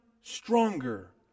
stronger